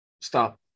stop